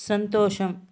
సంతోషం